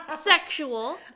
sexual